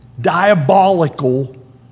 diabolical